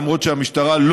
למרות שהמשטרה,